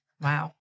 Wow